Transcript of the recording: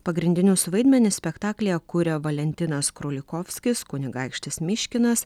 pagrindinius vaidmenis spektaklyje kuria valentinas krulikovskis kunigaikštis myškinas